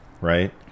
right